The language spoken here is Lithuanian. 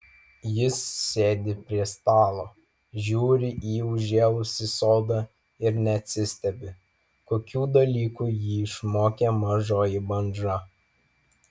jis sėdi prie stalo žiūri į užžėlusį sodą ir neatsistebi kokių dalykų jį išmokė mažoji bandža